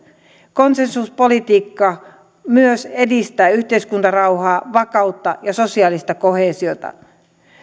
konsensuspolitiikka myös edistää yhteiskuntarauhaa vakautta ja sosiaalista koheesiota